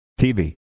TV